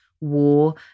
War